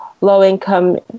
low-income